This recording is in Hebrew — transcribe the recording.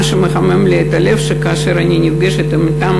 מה שמחמם לי את הלב הוא שכאשר אני נפגשת עם אותם